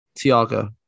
Tiago